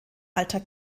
alter